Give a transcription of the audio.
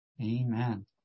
Amen